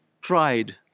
tried